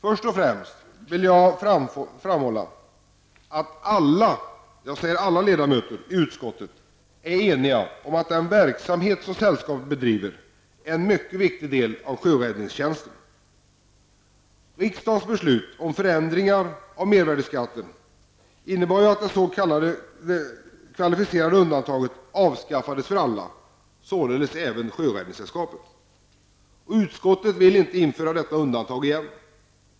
Först och främst vill jag framhålla att alla ledamöter i utskottet är eniga om att den verksamhet som sällskapet bedriver är en mycket viktig del av sjöräddningstjänsten. Riksdagens beslut om förändringar av mervärdeskatten innebär att det s.k. kvalificerade undantaget avskaffades för alla -- således även för Sjöräddningssällskapet. Utskottet vill inte införa detta undantag igen.